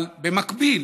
אבל במקביל,